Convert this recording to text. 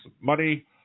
money